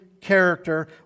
character